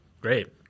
Great